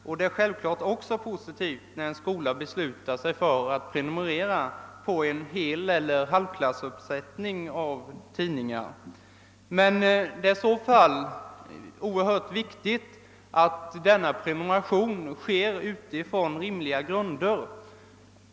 Självklart är det också positivt när en skola beslutar sig för att prenumerera på en heleller halvklassuppsättning av tidningar. Men i så fall är det oerhört viktigt att denna prenumeration sker på rimliga grunder.